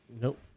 Nope